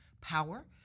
power